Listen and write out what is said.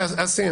אסי,